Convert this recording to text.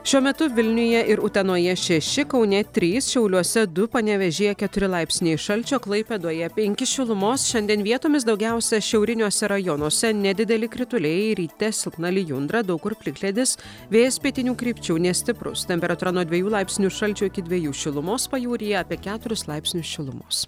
šiuo metu vilniuje ir utenoje šeši kaune trys šiauliuose du panevėžyje keturi laipsniai šalčio klaipėdoje penki šilumos šiandien vietomis daugiausiai šiauriniuose rajonuose nedideli krituliai ryte silpna lijundra daug kur plikledis vėjas pietinių krypčių nestiprūs temperatūra nuo dviejų laipsnių šalčio iki dviejų šilumos pajūryje apie keturis laipsnius šilumos